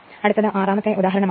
അടുത്തത് 6 ആം ഉദാഹരണം ആണ്